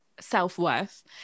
self-worth